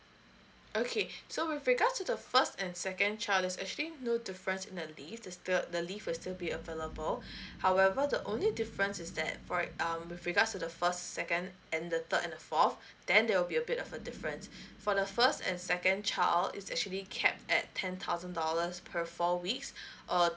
okay so with regards to the first and second child is actually no difference in the leave the leave will still be available however the only difference is that alright um with regards to the first second and the third and the fourth then there will be a bit of a difference for the first and second child is actually capped at ten thousand dollars per four weeks uh